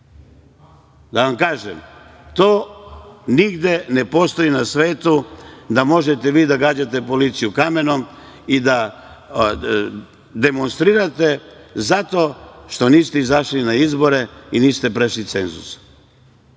vam kažem, to nigde ne postoji na svetu, da možete vi da gađate policiju kamenom i da demonstrirate zato što niste izašli na izbore i niste prešli cenzus.